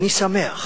ואני שמח